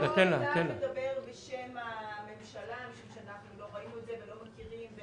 אני לא יודעת לדבר בשם הממשלה משום שאנחנו לא ראינו את זה ולא מכירים.